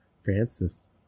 Francis